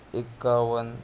एकावन्न